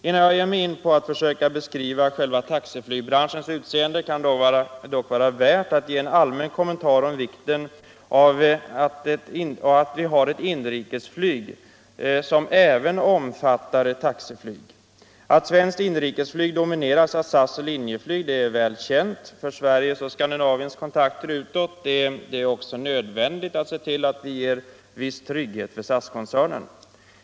Innan jag ger mig in på att försöka beskriva själva taxiflygbranschens utseende kan det dock vara värt att ge en allmän kommentar om vikten av att vi har ett inrikesflyg som även omfattar ett taxiflyg. Att svenskt inrikesflyg domineras av SAS och Linjeflyg är väl känt. För Sveriges och Skandinaviens kontakter utåt är det också nödvändigt att se till att vi ger viss trygghet för SAS-koncernen.